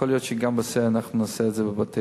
יכול להיות שנעשה את זה גם בבתי-ספר.